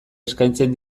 eskaintzen